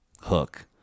hook